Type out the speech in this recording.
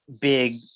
big